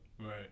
Right